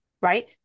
Right